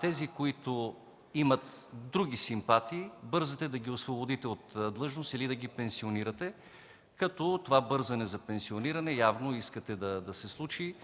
тези, които имат други симпатии, бързате да ги освободите от длъжност или да ги пенсионирате, като това бързане за пенсиониране явно искате да се случи